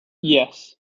yes